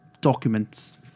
documents